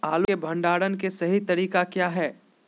आलू के भंडारण के सही तरीका क्या है?